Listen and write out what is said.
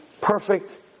perfect